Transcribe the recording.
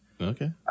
Okay